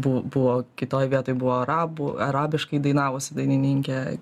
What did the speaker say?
bu buvo kitoj vietoj buvo arabų arabiškai dainavusi dainininkė